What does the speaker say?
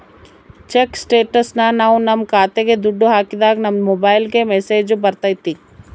check ಸ್ಟೇಟಸ್ನ ನಾವ್ ನಮ್ ಖಾತೆಗೆ ದುಡ್ಡು ಹಾಕಿದಾಗ ನಮ್ ಮೊಬೈಲ್ಗೆ ಮೆಸ್ಸೇಜ್ ಬರ್ತೈತಿ